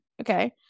Okay